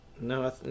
No